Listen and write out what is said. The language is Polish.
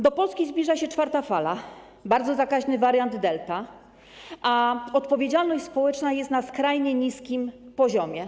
Do Polski zbliża się czwarta fala, bardzo zakaźny wariant Delta, a odpowiedzialność społeczna jest na skrajnie niskim poziomie.